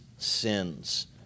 sins